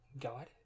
god